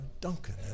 Duncan